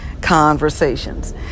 conversations